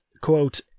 quote